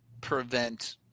prevent